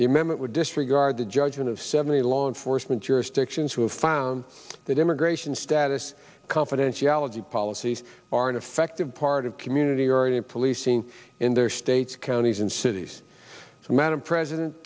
the amendment would disregard the judgment of seventy law enforcement jurisdictions who have found that immigration status confidentiality policies are ineffective part of community already in policing in their states counties and cities so madam president